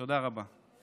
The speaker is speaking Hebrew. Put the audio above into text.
תודה רבה.